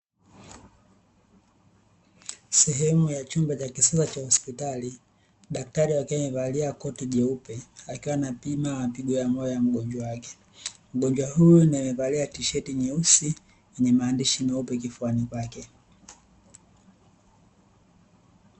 Seheme ya chumba cha kisasa cha hospitali daktari akiwa amevalia koti jeupe akiwa anapima mapigo ya moyo ya mgonjwa wake, mgonjwa huyu akiwa amevalia fulana nyeusi yenye maandishi meupe kifuani kwake.